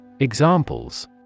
Examples